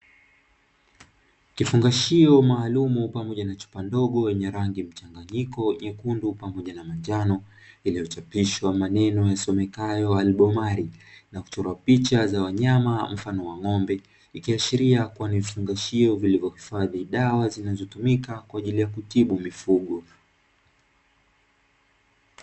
Kifungashio maalumu pamoja na chupa ndogo yenye rangi mchanganyiko nyekundu pamoja na Manjano, iliyochapishwa maneno yasomekayo "Alibimari" na kuchora picha za wanyama aina ya ng'ombe, ikiashiria kuwa ni vifungashio vilivyohifadhi dawa zinazotumika kwaajili ya kutibu mifugo.